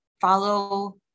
follow